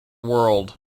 world